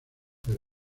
pero